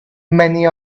many